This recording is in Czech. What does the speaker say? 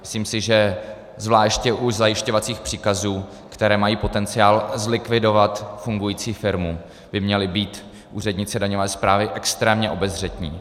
Myslím si, že zvláště u zajišťovacích příkazů, které mají potenciál zlikvidovat fungující firmu, by měli být úředníci daňové správy extrémně obezřetní.